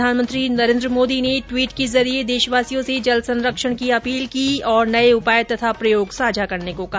प्रधानमंत्री नरेन्द्र मोदी ने ट्वीट के जरिये देशवासियों से जल संरक्षण की अपील की और नये उपाय तथा प्रयोग साझा करने को कहा